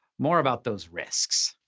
more about those risks.